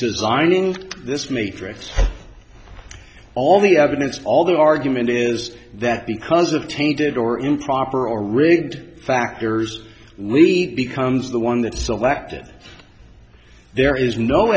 designing this matrix all the evidence all the argument is that because of tainted or improper or rigged factors need becomes the one that selected there is no